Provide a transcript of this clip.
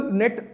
net